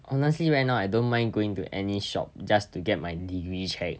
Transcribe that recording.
honestly right now I don't mind going to any shop just to get my degree checked